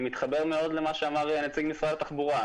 אני מתחבר מאוד למה שאמר נציג משרד התחבורה.